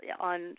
on